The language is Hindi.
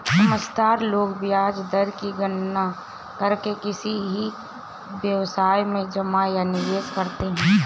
समझदार लोग ब्याज दर की गणना करके ही किसी व्यवसाय में जमा या निवेश करते हैं